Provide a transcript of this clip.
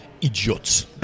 idiots